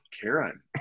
Karen